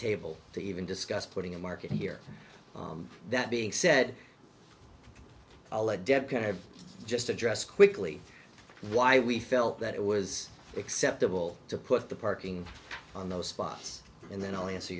table to even discuss putting a market here that being said deb can i just address quickly why we felt that it was acceptable to put the parking on those spots and then only answer